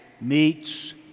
meets